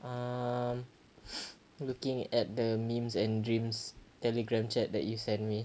um looking at the memes and dreams Telegram chat that you sent me